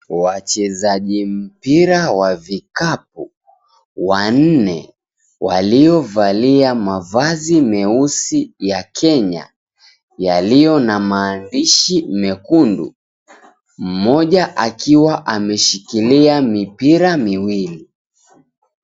Wachezaji mpira wa vikapu, wanne, waliovalia mavazi meusi ya Kenya, yaliyo na maandishi mekundu. Mmoja akiwa ameshikilia mipira miwili.